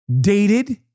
dated